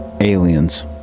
aliens